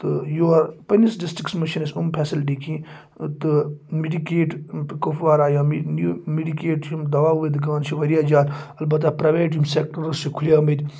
تہٕ یور پَنٛنِس ڈِسٹرکَس منٛز چھِنہٕ أسۍ یِم فیسَلٹی کیٚنٛہہ تہٕ میڈِکیٹ کُپوارہ یا میڈِکیٹ یِم دَوا وٲلۍ دُکان چھِ واریاہ جادٕ اَلبَتہ پرٛایویٹ یِم سٮ۪کٹٲرٕس چھِ کھُلیمٕتۍ